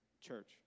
church